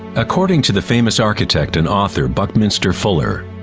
according to the famous architect and author buckminster fuller,